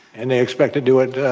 and they expect to do it